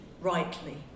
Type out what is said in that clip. rightly